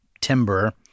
timber